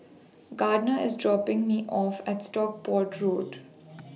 Gardner IS dropping Me off At Stockport Road